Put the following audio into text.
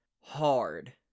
hard